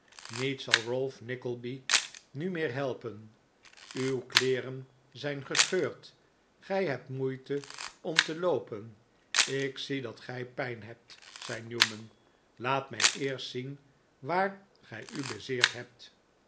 niets zal ralph nickleby nu meer helpen uw kleeren zijn gescheurd gij hebt moeite om te loopen ik zie dat gij pijn hebt zei newman laat mij eerst zien waar gij u bezeerd hebt